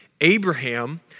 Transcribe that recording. Abraham